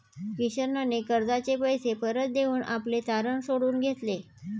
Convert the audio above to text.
किशनने कर्जाचे पैसे परत देऊन आपले तारण सोडवून घेतले